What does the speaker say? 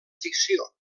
ficció